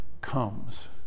comes